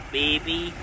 baby